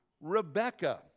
Rebecca